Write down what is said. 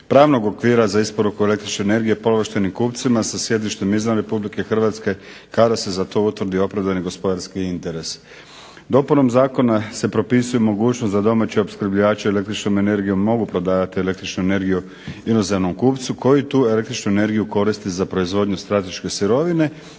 pravnog okvira za isporuku energije povlaštenim kupcima sa sjedištem izvan Republike Hrvatske kada se za to utvrdi opravdani gospodarski interes. Dopunom zakona se propisuje mogućnost za domaće opskrbljivači električnom energijom mogu prodavati električnu energiju inozemnom kupcu koji tu električnu energiju koristi za proizvodnju strateške sirovine